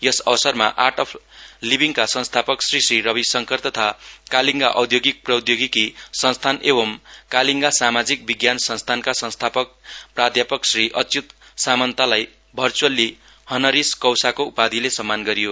यस अवसरमा art of लिभिडका संस्थापक श्री श्री रवि शंकर तथा कालिङ्गा औद्योगिक प्रौद्योगीकी संस्थान एवं कालिङ्गा सामाजिक विज्ञान संस्थानका संस्थापक प्राध्यापक श्री अच्युत सामान्तालाई भरचुअल्ली हनरीस कौसाको उपाधीले सम्मान गरियो